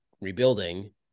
rebuilding